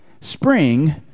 Spring